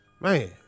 Man